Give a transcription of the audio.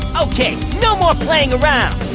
okay, no more playing around